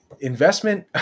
investment